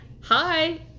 hi